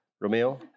Romeo